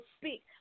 speak